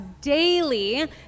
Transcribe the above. daily